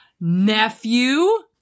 nephew